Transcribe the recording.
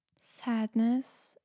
sadness